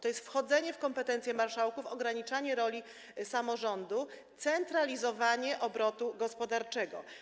To jest wchodzenie w kompetencje marszałków, ograniczanie roli samorządu, centralizowanie obrotu gospodarczego.